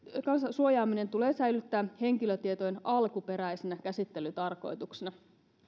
suojaaminen tulee säilyttää henkilötietojen alkuperäisenä käsittelytarkoituksena